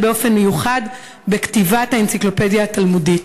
באופן מיוחד בכתיבת "האנציקלופדיה התלמודית".